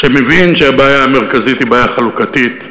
שמבין שהבעיה המרכזית היא בעיה חלוקתית,